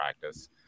practice